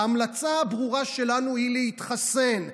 ההמלצה הברורה שלנו היא להתחסן.